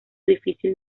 difícil